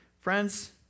Friends